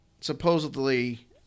supposedly